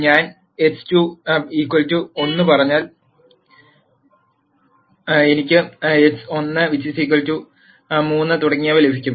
ഞാൻ x2 1 പറഞ്ഞാൽ എനിക്ക് x1 3 തുടങ്ങിയവ ലഭിക്കും